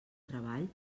treball